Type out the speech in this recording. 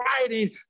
writing